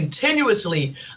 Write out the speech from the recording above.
continuously